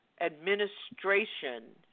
administration